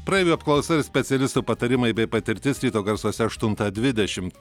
praeivių apklausa ir specialistų patarimai bei patirtis ryto garsuose aštuntą dvidešimt